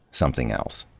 something else.